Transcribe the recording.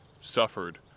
suffered